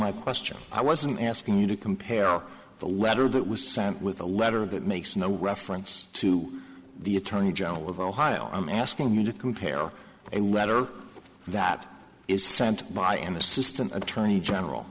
my question i wasn't asking you to compare the letter that was sent with a letter that makes no reference to the attorney general of ohio i'm asking you to compare and letter that is sent by an assistant attorney general